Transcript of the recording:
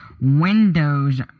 Windows